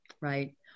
right